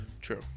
True